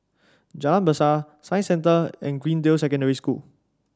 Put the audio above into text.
Jalan Besar Science Centre and Greendale Secondary School